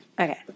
Okay